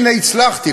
הנה, הצלחתי.